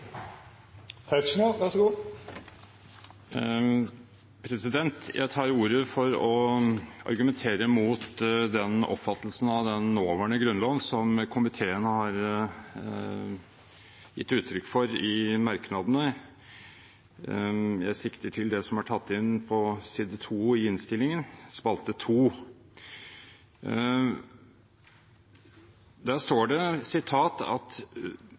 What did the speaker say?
Jeg tar ordet for å argumentere mot den oppfattelsen av den nåværende Grunnloven som komiteen har gitt uttrykk for i merknadene. Jeg sikter til det som er tatt inn på side 2 i innstillingen, spalte to. Det gjelder bestemmelsen, slik komiteen oppfatter § 25 i dag. Der står det: «Av bestemmelsen går det fram at